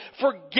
Forget